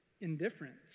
indifference